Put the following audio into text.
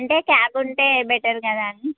అంటే క్యాబ్ ఉంటే బెటర్ కదా అని